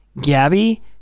Gabby